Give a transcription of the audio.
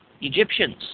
Egyptians